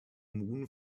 moon